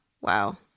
Wow